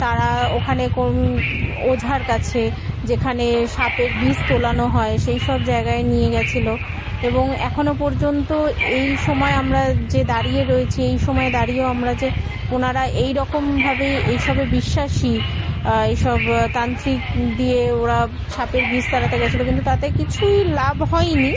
তারা ওখানে কোন ওঝার কাছে যেখানে সাপের বিষ তোলানো হয় সেইসব জায়গায় নিয়ে গেছিল এবং এখনও পর্যন্ত এই সময় আমরা যে দাঁড়িয়ে রয়েছি এই সময়ে দাঁড়িয়েও আমরা যে ওনারা এই রকমভাবে এইসবে বিশ্বাসী এসব তান্ত্রিক দিয়ে ওরা সাপের বিষ তাড়াতে গেছিল কিন্তু তাতে কিছুই লাভ হয়নি